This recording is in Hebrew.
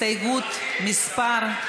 סתיו שפיר,